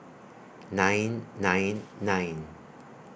nine nine nine